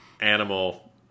animal